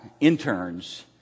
interns